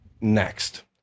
next